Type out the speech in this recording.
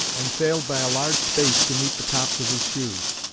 and failed by a large space to meet the tops of his shoes.